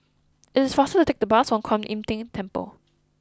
it is faster to take the bus to Kuan Im Tng Temple